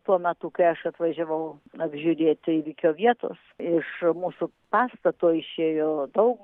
tuo metu kai aš atvažiavau apžiūrėti įvykio vietos iš mūsų pastato išėjo daug